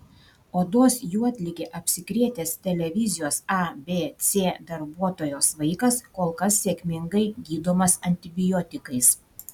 odos juodlige apsikrėtęs televizijos abc darbuotojos vaikas kol kas sėkmingai gydomas antibiotikais